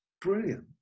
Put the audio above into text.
Brilliant